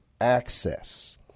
access